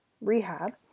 rehab